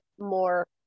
more